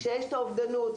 כשיש את האובדנות,